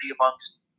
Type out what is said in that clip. amongst